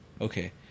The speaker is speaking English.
okay